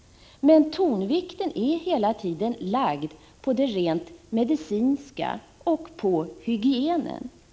Men tonvikten är hela tiden lagd på det rent medicinska och på hygienen.